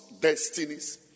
destinies